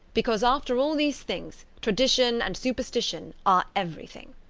because, after all, these things tradition and superstition are everything.